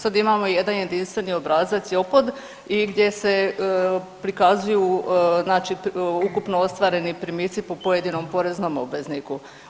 Sad imamo jedan jedinstveni obrazac JOPPD i gdje se prikazuju znači ukupno ostvareni primici po pojedinom poreznom obvezniku.